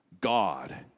god